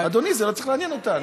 זה לא מעניין אותנו.